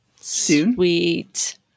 sweet